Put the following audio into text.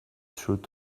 through